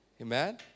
Amen